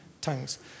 tongues